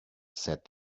said